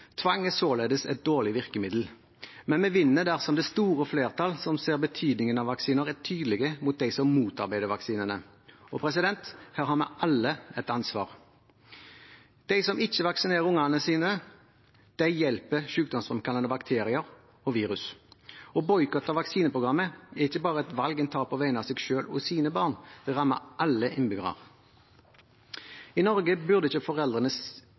Tvang er således et dårlig virkemiddel. Men vi vinner dersom det store flertall som ser betydningen av vaksiner, er tydelig overfor dem som motarbeider vaksinene. Her har vi alle et ansvar. De som ikke vaksinerer ungene sine, hjelper sykdomsfremkallende bakterier og virus. Å boikotte vaksineprogrammet er ikke bare et valg en tar på vegne av seg selv og sine barn, det rammer alle innbyggere. I Norge burde ikke